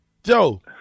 Joe